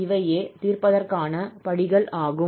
இவையே இதை தீர்ப்பதற்கான படிகள் ஆகும்